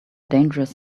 dangerous